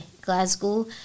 Glasgow